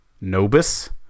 Nobis